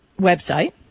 website